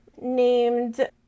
named